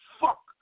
fuck